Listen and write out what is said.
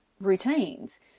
routines